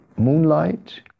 Moonlight